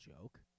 joke